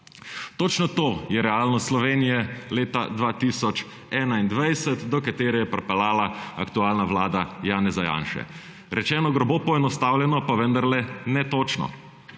Točno to je realnost Slovenije leta 2021, do katere je pripeljala aktualna vlada Janeza Janše. Rečeno grobo poenostavljeno, pa vendarle netočno.